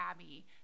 Abby